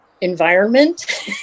environment